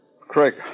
Craig